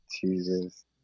jesus